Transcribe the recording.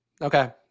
Okay